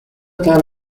can